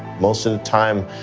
most of the time,